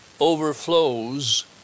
overflows